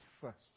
first